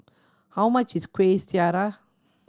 how much is Kueh Syara